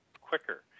quicker